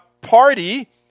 Party